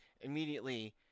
immediately